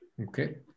okay